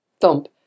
thump